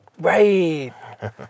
Right